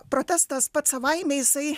protestas pats savaime jisai